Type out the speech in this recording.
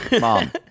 Mom